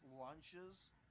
lunches